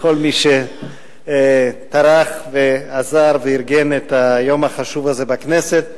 לכל מי שטרח ועזר וארגן את היום החשוב הזה בכנסת.